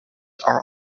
are